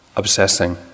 obsessing